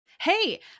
Hey